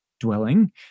dwelling